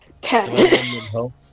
Ten